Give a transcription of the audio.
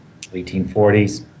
1840s